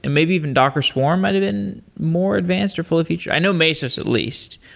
and maybe even docker swarm might have been more advanced or fully feature i know mesos at least.